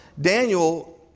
Daniel